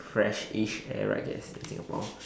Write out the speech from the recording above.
freshish air I guess in Singapore